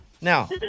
Now